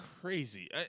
crazy